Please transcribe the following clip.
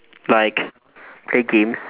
like play games